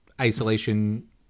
isolation